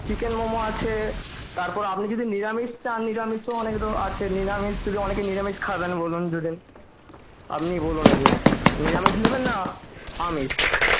chicken momo আছে তারপর আপনি যদি নিরামিষ চান নিরামিষ তো অনেক রকম আছে নিরামিষ অনেকে নিরামিষ খাবেন বলুন দুদিন আপনি বলুন এবার নিরামিষ নেবেন না আমিষ